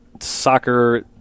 Soccer